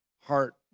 heart